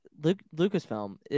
Lucasfilm